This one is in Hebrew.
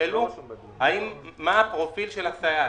נשאלו מה הפרופיל של הסייעת,